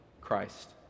Christ